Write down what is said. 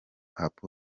hop